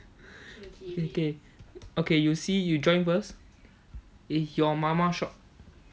okay you see you join first it's your mama shop